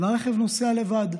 והרכב נוסע לבד,